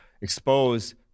expose